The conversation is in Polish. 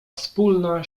wspólna